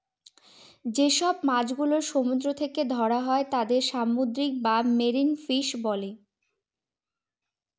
যেসব মাছ গুলো সমুদ্র থেকে ধরা হয় তাদের সামুদ্রিক বা মেরিন ফিশ বলে